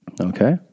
Okay